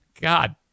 God